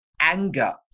anger